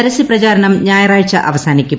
പരസ്യ പ്രചാരണം ഞായറാഴ്ച അവസാനിക്കും